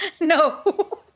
No